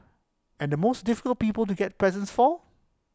and the most difficult people to get presents for